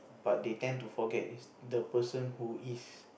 but they tend to forget is the person who is